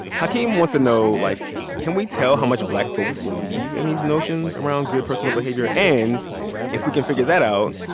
hakeem wants to know, like, can we tell how much black folks believe in these notions around good personal behavior? and if we can figure that out,